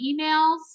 emails